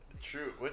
True